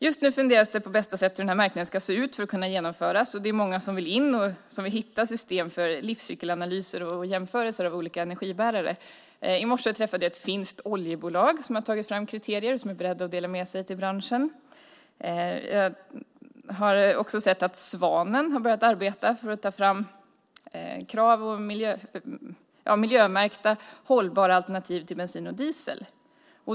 Just nu funderas det på bästa sätt över hur den här märkningen ska se ut för att kunna genomföras. Det är många som vill in och som vill hitta system för livscykelanalyser och jämförelser av olika energibärare. I morse träffade jag ett finskt oljebolag som hade tagit fram kriterier och som är berett att dela med sig till branschen. Jag har också sett att Svanen har börjat arbeta för att ta fram krav och miljömärkta hållbara alternativ till bensin och diesel.